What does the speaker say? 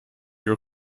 your